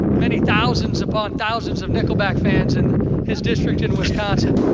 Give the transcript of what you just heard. many thousands upon thousands of nickelback fans in his district in wisconsin.